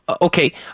Okay